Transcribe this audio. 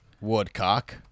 Woodcock